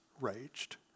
raged